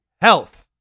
health